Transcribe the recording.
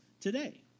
today